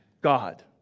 God